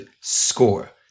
score